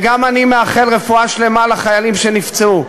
וגם אני מאחל רפואה שלמה לחיילים שנפצעו,